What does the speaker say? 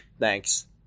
Thanks